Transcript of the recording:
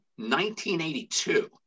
1982